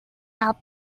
our